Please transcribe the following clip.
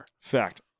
Fact